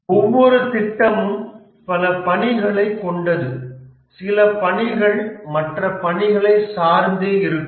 ஒவ்வொரு திட்டமும் பல பணிகளைக் கொண்டது சில பணிகள் மற்ற பணிகளை சார்ந்தே இருக்கும்